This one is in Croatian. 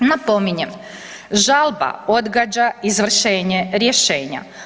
Napominjem, žalba odgađa izvršenje rješenja.